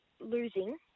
losing